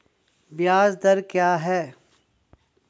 ब्याज दर क्या है?